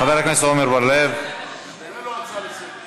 חברת הכנסת אורלי לוי אבקסיס,